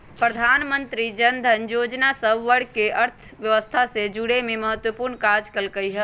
प्रधानमंत्री जनधन जोजना सभ वर्गके अर्थव्यवस्था से जुरेमें महत्वपूर्ण काज कल्कइ ह